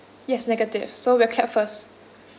yes negative so we'll clap first